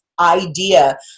idea